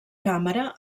càmera